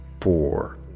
four